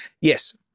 yes